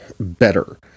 Better